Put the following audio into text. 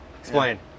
Explain